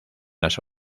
las